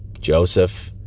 Joseph